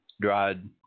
dried